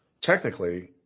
technically